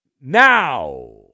now